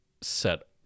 set